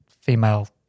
female